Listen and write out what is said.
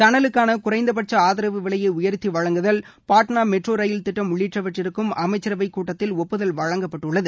சணலுக்கான குறைந்தப்பட்ச ஆதரவு விலையை உயர்த்தி வழங்குதல் பாட்னா மெட்ரோ ரயில் திட்டம் உள்ளிட்டவற்றிற்கும் அமைச்சரவைக் கூட்டத்தில் ஒப்புதல் வழங்கப்பட்டுள்ளது